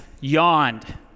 yawned